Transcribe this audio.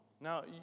Now